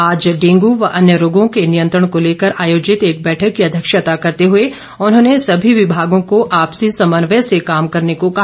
आज डेंगू व अन्य रोगों के नियंत्रण को लेकर आयोजित एक बैठक की अध्यक्षता करते हुए उन्होंने सभी विभागों को आपसी समन्वय से काम करने को कहा